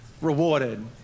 rewarded